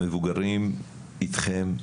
המבוגרים, איתכם.